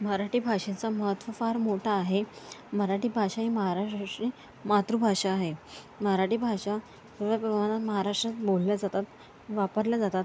मराठी भाषेचं महत्त्व फार मोठं आहे मराठी भाषा ही महाराष्ट्राची मातृभाषा आहे मराठी भाषा थोड्या प्रमाणात महाराष्ट्रात बोलल्या जातात वापरल्या जातात